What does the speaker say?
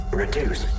reduce